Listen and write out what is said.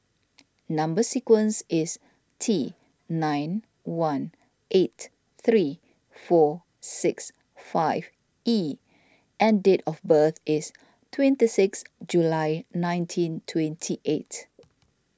Number Sequence is T nine one eight three four six five E and date of birth is twenty six July nineteen twenty eight